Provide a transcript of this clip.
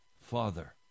Father